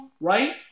right